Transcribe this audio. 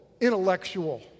intellectual